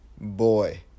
Boy